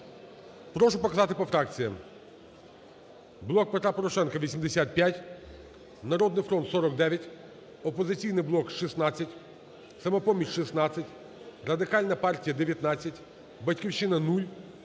Прошу показати по фракціям. "Блок Петра Порошенка" – 85, "Народний фронт" – 49, "Опозиційний блок" – 16, "Самопоміч" – 16, радикальна партія – 19, "Батьківщина" –